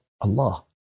Allah